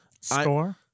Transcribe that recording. Score